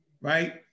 right